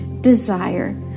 desire